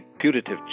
putative